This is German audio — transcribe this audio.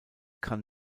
kann